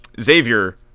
Xavier